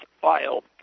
filed